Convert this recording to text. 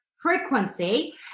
frequency